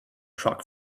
truck